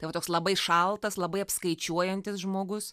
tai va toks labai šaltas labai apskaičiuojantis žmogus